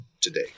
today